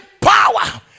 power